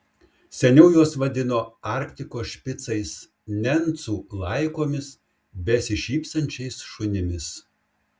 seniau juos vadino arktikos špicais nencų laikomis besišypsančiais šunimis